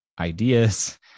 ideas